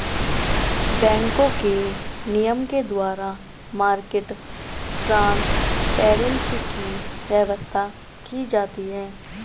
बैंकों के नियम के द्वारा मार्केट ट्रांसपेरेंसी की व्यवस्था की जाती है